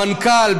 המנכ"ל,